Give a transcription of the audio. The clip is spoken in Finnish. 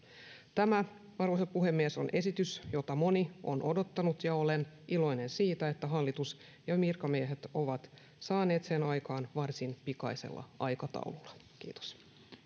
tämä arvoisa puhemies on esitys jota moni on odottanut ja olen iloinen siitä että hallitus ja virkamiehet ovat saaneet sen aikaan varsin pikaisella aikataululla kiitos